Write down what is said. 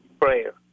Prayer